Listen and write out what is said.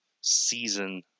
season